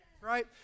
Right